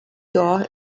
doch